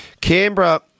Canberra